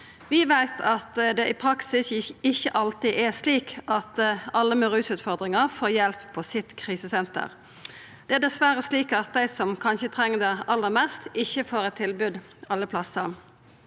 Vi veit at det i praksis ikkje alltid er slik at alle med rusutfordringar får hjelp på sitt krisesenter. Det er dessverre slik at dei som kanskje treng det aller mest, ikkje får eit tilbod alle plassar.